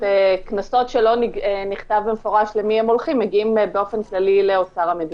קנסות שלא נכתב במפורש למי הם הולכים מגיעים באופן כללי לאוצר המדינה.